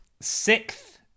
sixth